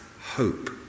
hope